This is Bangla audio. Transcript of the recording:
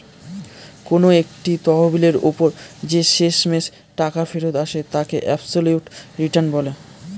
কোন একটা তহবিলের ওপর যে শেষমেষ টাকা ফেরত আসে তাকে অ্যাবসলিউট রিটার্ন বলে